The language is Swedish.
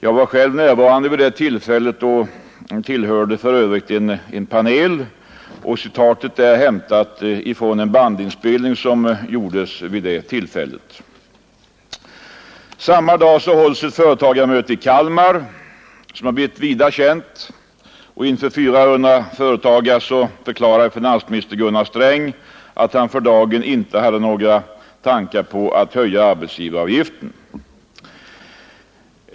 Jag var själv närvarande och tillhörde för övrigt en panel. Citatet är hämtat från en bandinspelning som gjordes vid det tillfället. Samma dag hölls ett företagarmöte i Kalmar, som har blivit vida känt. Inför 400 företagare förklarade finansminister Gunnar Sträng att han för dagen inte hade några tankar på att höja arbetsgivaravgiften.